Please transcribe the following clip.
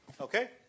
Okay